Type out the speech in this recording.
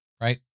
Right